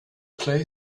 play